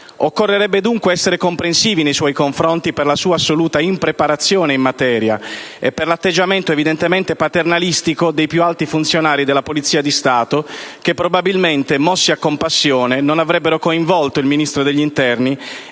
Occorrerebbe, dunque, essere comprensivi nei suoi confronti per la sua assoluta impreparazione in materia e per l'atteggiamento evidentemente paternalistico dei più alti funzionari della Polizia di Stato, che probabilmente, mossi a compassione, non avrebbero coinvolto il Ministro dell'interno,